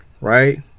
right